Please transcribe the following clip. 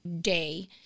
day